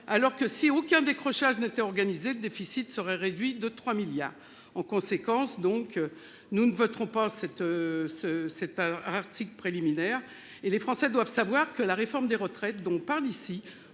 Alors que si aucun décrochage organisé déficit serait réduit de 3 milliards. En conséquence, donc nous ne voterons pas cet ce, cet article préliminaire et les Français doivent savoir que la réforme des retraites dont parle ici